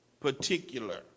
particular